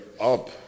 up